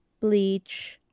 Bleach